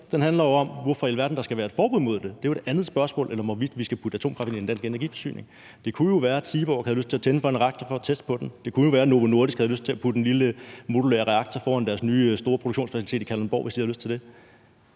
Den handler om, hvorfor i alverden der skal være et forbud imod det, og det er jo et andet spørgsmål end om, hvorvidt vi skal putte atomkraft ind i den danske energiforsyning. Det kunne jo være, at Seaborg havde lyst til at tænde for en reaktor for at teste på den, og det kunne jo være, at Novo Nordisk havde lyst til at putte en lille modulær reaktor foran deres nye store produktionsfaciliteter i Kalundborg. Kan ordføreren